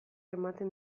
ematen